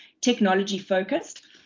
technology-focused